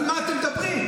על מה אתם מדברים?